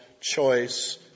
choice